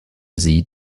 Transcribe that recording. sie